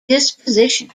disposition